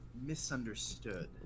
misunderstood